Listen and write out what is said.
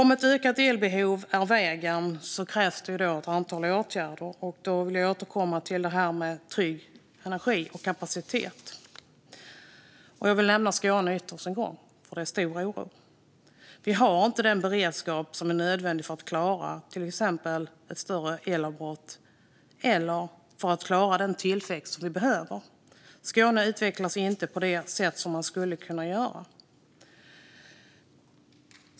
Om ett ökat elbehov är vägen krävs ett antal åtgärder. Då vill jag återkomma till det här med trygg energi och kapacitet. Jag vill nämna Skåne ytterligare en gång, för där finns en stor oro. Vi har inte den beredskap som är nödvändig för att klara till exempel ett större elavbrott eller för att klara den tillväxt som vi behöver. Skåne utvecklas inte på det sätt som det skulle kunna göra.